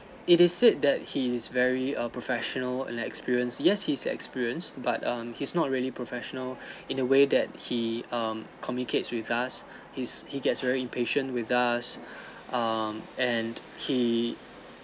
it is said that he is very uh professional and experienced yes he's experienced but um he's not really professional in a way that he um communicate with us he's he gets very impatient with us um and he